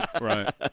Right